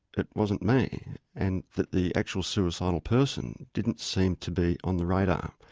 it wasn't me and that the actual suicidal person didn't seem to be on the radar.